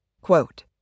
quote